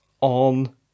on